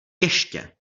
ještě